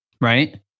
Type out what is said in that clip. right